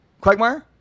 Quagmire